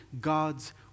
God's